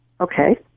okay